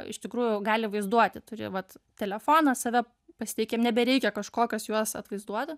iš tikrųjų gali vaizduoti turi vat telefoną save pasiteikiam nebereikia kažkokios juos atvaizduoti